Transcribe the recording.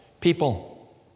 people